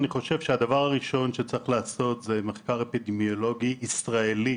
אני חושב שהדבר הראשון שצריך לעשות זה מחקר אפידמיולוגי ישראלי.